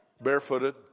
barefooted